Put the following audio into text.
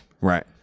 Right